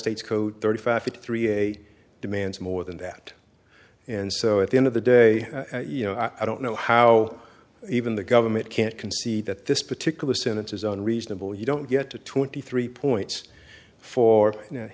states code thirty five to three eight demands more than that and so at the end of the day you know i don't know how even the government can't concede that this particular sentence is unreasonable you don't get to twenty three points for